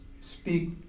speak